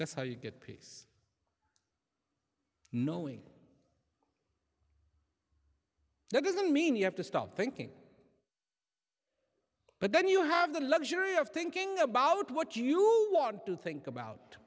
that's how you get peace knowing that doesn't mean you have to stop thinking but then you have the luxury of thinking about what you want to think about